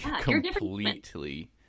completely –